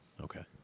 Okay